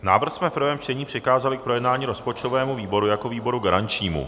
Návrh jsme v prvém čtení přikázali k projednání rozpočtovému výboru jako výboru garančnímu.